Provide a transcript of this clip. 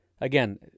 Again